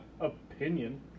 opinion